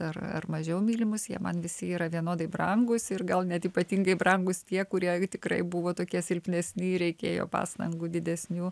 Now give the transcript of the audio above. ar ar mažiau mylimus jie man visi yra vienodai brangūs ir gal net ypatingai brangūs tie kurie tikrai buvo tokie silpnesni ir reikėjo pastangų didesnių